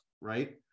right